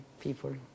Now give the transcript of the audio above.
people